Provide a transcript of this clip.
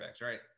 right